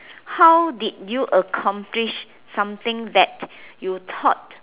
how did you accomplish something that you thought